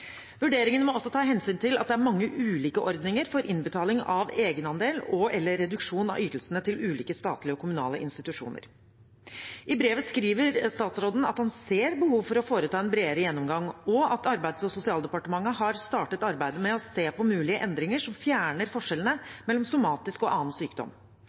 Vurderingen må altså ta hensyn til at det er mange ulike ordninger for innbetaling av egenandel og/eller reduksjon av ytelsene til ulike statlige og kommunale institusjoner. I brevet skriver statsråden at han ser behov for å foreta en bredere gjennomgang, og at Arbeids- og Sosialdepartementet har startet arbeidet med å se på mulige endringer som fjerner forskjellene mellom somatisk og annen sykdom.